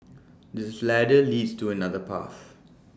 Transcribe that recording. this ladder leads to another path